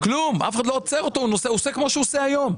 הוא עושה כמו שהוא עושה היום.